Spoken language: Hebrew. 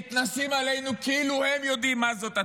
ומתנשאים עלינו כאילו הם יודעים מה זאת התורה.